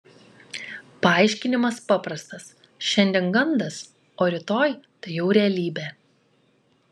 paaiškinimas paprastas šiandien gandas o rytoj tai jau realybė